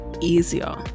easier